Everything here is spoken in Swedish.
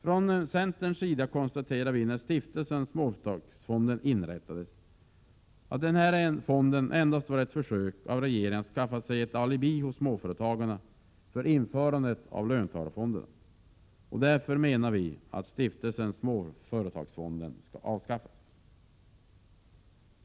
Från centerpartiets sida konstaterade vi när Stiftelsen Småföretagsfonden inrättades att det endast var ett försök av regeringen att skaffa sig ett alibi hos småföretagarna för införandet av löntagarfonderna. Därför menar vi att Stiftelsen Småföretagsfonden bör avskaffas.